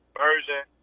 version